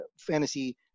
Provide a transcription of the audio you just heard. fantasy